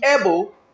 able